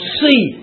see